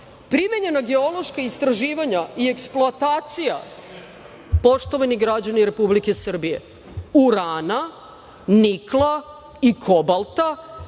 primenjena geološka istraživanja i eksploatacija, poštovani građani Republike Srbije, urana, nikla i kobalta